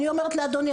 אני אומרת לאדוני,